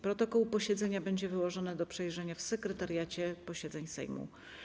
Protokół posiedzenia będzie wyłożony do przejrzenia w Sekretariacie Posiedzeń Sejmu.